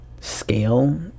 scale